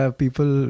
people